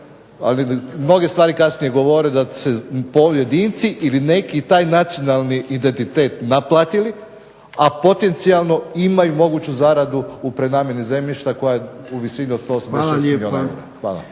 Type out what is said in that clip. mnoge stvarne kasnije govore da se pojedinci ili neki taj nacionalni identitet naplatili, a potencijalno ima i moguću zaradu u prenamjenu zemljišta koja je u visini od 186 milijuna eura.